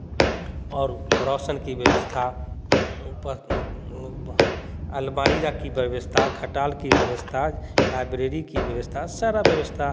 और रौशन की व्यवस्था अलमारीरा की व्यवस्था खटाल की व्यवस्था लाइब्रेरी के व्यवस्था सारा व्यवस्था